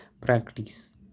Practice